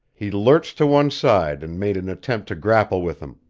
he lurched to one side and made an attempt to grapple with him.